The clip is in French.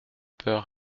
peur